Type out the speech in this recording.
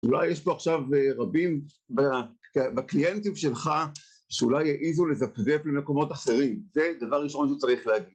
אולי יש פה עכשיו רבים בקליינטים שלך שאולי יעיזו לזפזפ למקומות אחרים זה הדבר הראשון שצריך להגיד